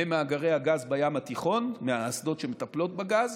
ממאגרי הגז בים התיכון, מהאסדות שמטפלות בגז,